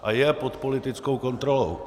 A je pod politickou kontrolou.